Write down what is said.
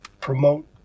Promote